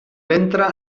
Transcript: ventre